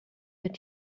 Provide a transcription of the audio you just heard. wird